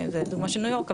זאת דוגמה של ניו יורק,